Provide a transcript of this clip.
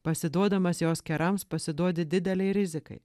pasiduodamas jos kerams pasiduodi didelei rizikai